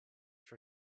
for